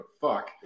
fuck